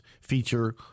feature